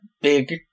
big